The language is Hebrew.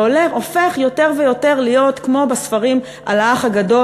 והופך יותר ויותר להיות כמו בספרים על האח הגדול,